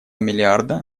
миллиарда